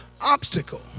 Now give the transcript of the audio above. obstacle